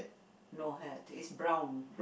no hat is brown